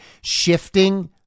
shifting